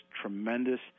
tremendous